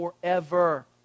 forever